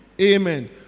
amen